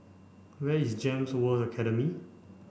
where is GEMS World Academy